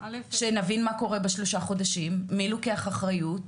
שנבין מה קורה בשלושה חודשים, מי לוקח אחריות?